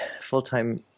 full-time